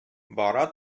бара